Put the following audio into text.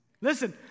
Listen